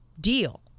deal